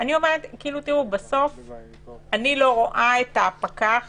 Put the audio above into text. אני לא רואה את הפקח